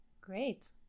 Great